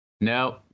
No